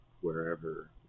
wherever